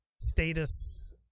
status